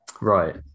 right